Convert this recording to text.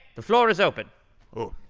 the floor is open oh.